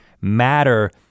matter